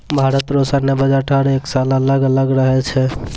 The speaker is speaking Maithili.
भारत रो सैन्य बजट हर एक साल अलग अलग रहै छै